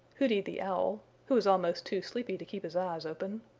hooty the owl, who was almost too sleepy to keep his eyes open,